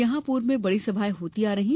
जहां पूर्व में बडी सभाएं होती आ रही है